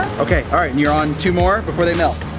okay, all right, and you're on two more before they melt.